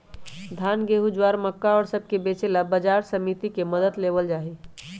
धान, गेहूं, ज्वार, मक्का और सब के बेचे ला बाजार समिति के मदद लेवल जाहई